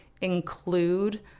include